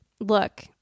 look